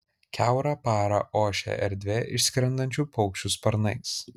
kiaurą parą ošia erdvė išskrendančių paukščių sparnais